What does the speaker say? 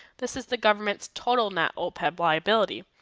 this is the government's total net opeb liability.